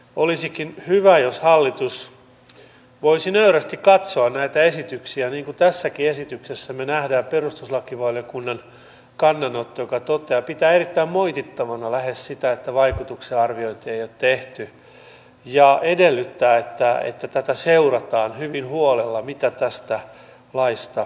olisikin hyvä jos hallitus voisi nöyrästi katsoa näitä esityksiä niin kuin tässäkin esityksessä me näemme perustuslakivaliokunnan kannanoton joka toteaa pitää erittäin moitittavana lähes sitä että vaikutuksenarviointia ei ole tehty ja edellyttää että seurataan hyvin huolella mitä tästä laista seuraa